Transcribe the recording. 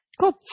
Cool